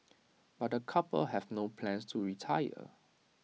but the couple have no plans to retire